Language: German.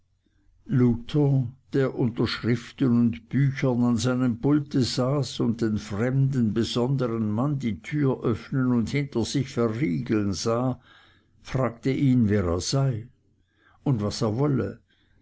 der unter schriften und büchern an seinem pulte saß und den fremden besonderen mann die tür öffnen und hinter sich verriegeln sah fragte ihn wer er sei und was er wolle